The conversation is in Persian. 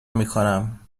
میکنم